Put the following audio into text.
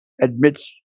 admits